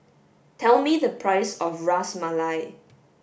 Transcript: tell me the price of Ras Malai